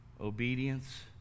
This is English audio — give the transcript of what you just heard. obedience